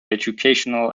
educational